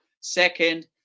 Second